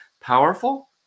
powerful